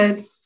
good